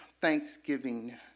Thanksgiving